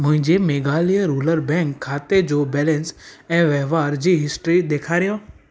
मुंहिंजे Meghalaya Rural Bank खाते जो बैलेंस ऐं वहिंवार जी हिस्ट्री ॾेखारियो